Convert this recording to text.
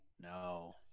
no